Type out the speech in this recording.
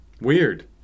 Weird